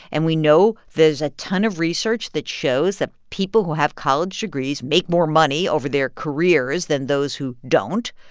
and we know there's a ton of research that shows that people who have college degrees make more money over their careers than those who don't.